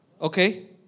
Okay